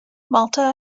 malta